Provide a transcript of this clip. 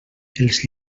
els